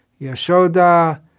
Yashoda